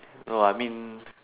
no I mean